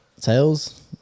Tails